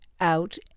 out